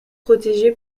protégé